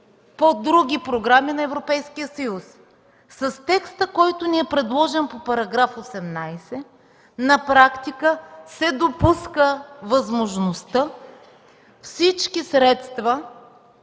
по други програми на Европейския съюз. С текста, който ни е предложен по § 18, на практика се допуска възможността за всички средства,